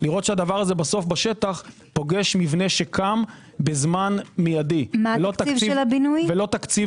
לראות שזה בשטח פוגש מבנה שקם בזמן מיידי ולא תקציב שחונה.